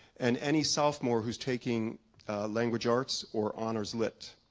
and any sophomore who's taking language arts or honors lit.